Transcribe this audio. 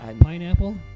Pineapple